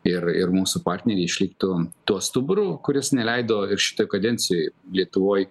ir ir mūsų partneriai išliktų tuo stuburu kuris neleido ir šitoj kadencijoj lietuvoj